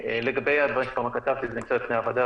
הדברים שכתבתי נמצאים בפני הוועדה,